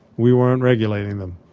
we weren't regulating them.